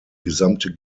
gesamte